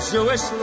Jewish